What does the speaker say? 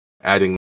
adding